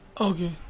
Okay